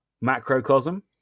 Macrocosm